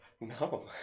No